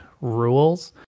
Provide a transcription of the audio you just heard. rules